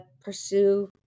pursue